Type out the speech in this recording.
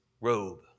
robe